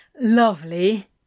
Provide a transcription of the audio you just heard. Lovely